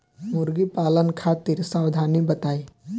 मुर्गी पालन खातिर सावधानी बताई?